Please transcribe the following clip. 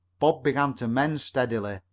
bob began to mend steadily,